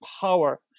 power